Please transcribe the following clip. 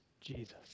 Jesus